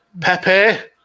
Pepe